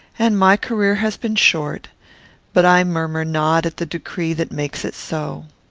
and my career has been short but i murmur not at the decree that makes it so.